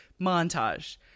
montage